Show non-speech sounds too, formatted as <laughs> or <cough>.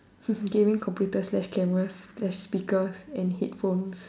<laughs> gaming computers slash cameras there's speakers and headphones